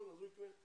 אז הוא יקנה.